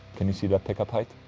can you see that pickup height?